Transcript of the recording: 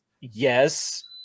yes